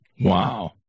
Wow